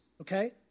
okay